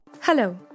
Hello